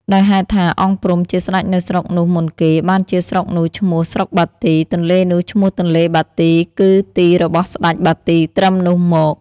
ដោយហេតុថា អង្គព្រំ ជាសេ្តចនៅស្រុកនោះមុនគេ បានជាស្រុកនោះឈ្មោះ ស្រុកបាទី ទនេ្លនោះឈ្មោះទនេ្លបាទីគឺទីរបស់ស្ដេចបាទីត្រឹមនោះមក។